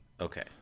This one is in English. Okay